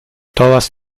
todas